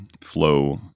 flow